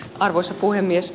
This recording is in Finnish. arvoisa puhemies